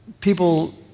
people